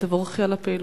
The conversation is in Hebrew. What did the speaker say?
תבורכי על הפעילות.